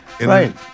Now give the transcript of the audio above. Right